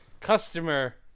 Customer